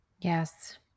Yes